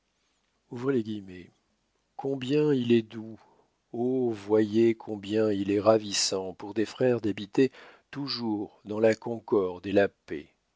monture combien il est doux ô voyez combien il est ravissant pour des frères d'habiter toujours dans la concorde et la paix